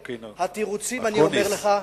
אנחנו בעד להתקדם.